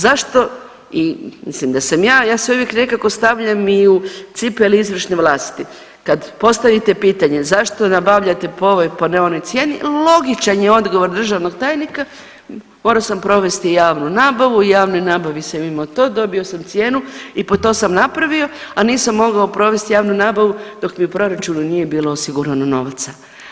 Zašto i mislim da sam ja, ja se uvijek nekako stavljam i u cipele izvršne vlasti, kad postavite pitanje zašto nabavljate po ovoj, a ne po onoj cijeni, logičan je odgovor državnog tajnika, morao sam provesti javnu nabavu, u javnoj nabavi sam imao to, dobio sam cijenu i po to sam napravio, a nisam mogao provest javnu nabavu dok mi u proračunu nije bilo osigurano novaca.